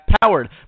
powered